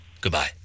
Goodbye